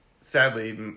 Sadly